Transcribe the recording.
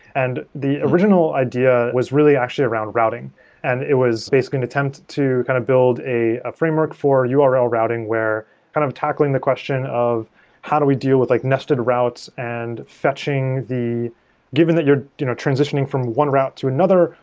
and the original idea was really actually around routing and it was basically an attempt to kind of build a framework for url routing where kind of tackling the question of how do we deal with like nested routes and fetching the given that you're you know transitioning from one route to another,